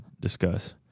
discuss